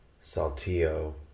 Saltillo